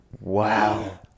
Wow